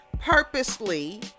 purposely